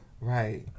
Right